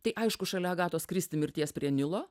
tai aišku šalia agatos kristi mirties prie nilo